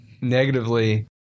negatively